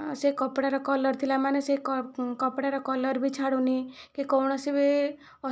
ହଁ ସେ କପଡ଼ାର କଲର ଥିଲା ମାନେ ସେ କପଡ଼ାର କଲର ବି ଛାଡ଼ୁନାହିଁ କି କୌଣସି ବି